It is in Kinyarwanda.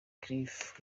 cliff